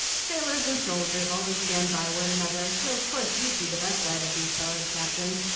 sailors and soldiers always stand by one another so of course you see the best side of these fellows, captain.